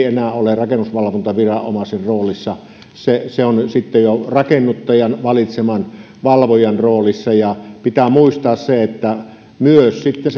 enää ole rakennusvalvontaviranomaisen roolissa se se on sitten jo rakennuttajan valitseman valvojan roolissa ja pitää muistaa se että myös sitten